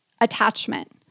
attachment